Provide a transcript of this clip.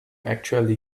actually